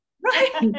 Right